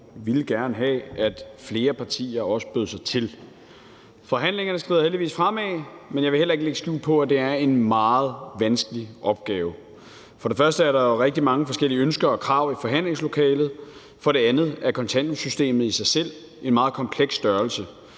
ville gerne have, at flere partier også bød sig til. Forhandlingerne skrider heldigvis fremad, men jeg vil heller ikke lægge skjul på, at det er en meget vanskelig opgave. For det første er der jo rigtig mange forskellige ønsker og krav i forhandlingslokalet. For det andet er kontanthjælpssystemet i sig selv en meget kompleks størrelse.